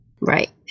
Right